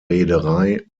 reederei